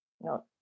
no